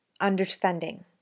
understanding